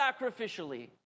sacrificially